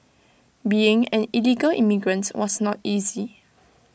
being an illegal immigrants was not easy